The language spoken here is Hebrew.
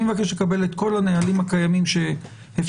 אני מבקש לקבל את כל הנהלים הקיימים שאפשר